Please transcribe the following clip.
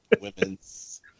Women's